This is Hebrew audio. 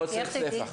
לא צריך ספח.